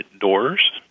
doors